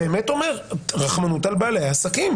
רחמנות על בעלי העסקים.